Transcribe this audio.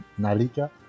Nalika